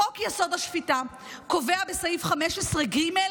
חוק-יסוד: השפיטה קובע בסעיף 15(ג),